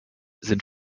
sind